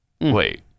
wait